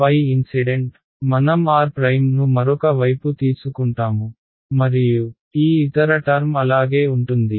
కాబట్టి ఇన్సిడెంట్ మనం r ను మరొక వైపు తీసుకుంటాము మరియు ఈ ఇతర టర్మ్ అలాగే ఉంటుంది